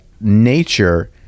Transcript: nature